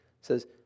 says